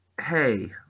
hey